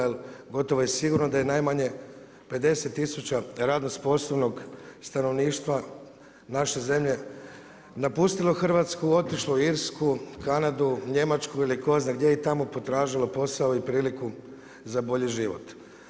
Jer, gotovo je sigurno da je najmanje 50000 radno sposobnog stanovništva naše zemlje napustilo Hrvatsku, otišlo u Irsku, Kanadu, Njemačku ili tko zna gdje i tamo potražila posao i priliku za bolji život.